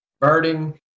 birding